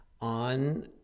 on